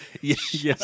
Yes